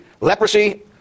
leprosy